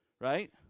right